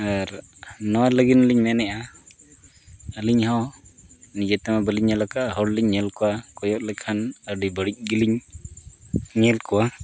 ᱟᱨ ᱱᱚᱣᱟ ᱞᱟᱹᱜᱤᱫ ᱞᱤᱧ ᱢᱮᱱᱮᱫᱼᱟ ᱟᱹᱞᱤᱧ ᱦᱚᱸ ᱱᱤᱡᱮ ᱛᱮᱦᱚᱸ ᱵᱟᱹᱞᱤᱧ ᱧᱮᱞ ᱟᱠᱟᱫᱼᱟ ᱦᱚᱲ ᱞᱤᱧ ᱧᱮᱞ ᱠᱚᱣᱟ ᱠᱚᱭᱚᱜ ᱞᱮᱠᱷᱟᱱ ᱟᱹᱰᱤ ᱵᱟᱹᱲᱤᱡ ᱜᱮᱞᱤᱧ ᱧᱮᱞ ᱠᱚᱣᱟ